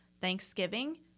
Thanksgiving